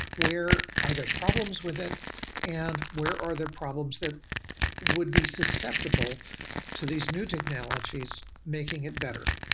where are the problems with it and where are the problems that would be susceptible to these new technologies making it better?